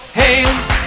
hands